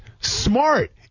smart